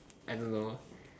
I don't know